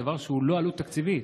דבר שהוא לא עלות תקציבית.